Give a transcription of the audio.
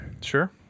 Sure